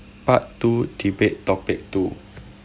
part two debate topic two